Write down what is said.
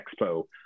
Expo